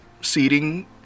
seating